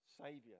Savior